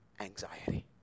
anxiety